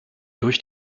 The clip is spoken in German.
durch